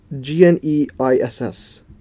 G-N-E-I-S-S